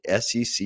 SEC